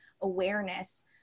awareness